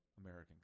american